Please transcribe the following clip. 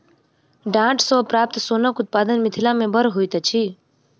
डांट सॅ प्राप्त सोनक उत्पादन मिथिला मे बड़ होइत अछि